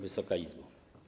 Wysoka Izbo!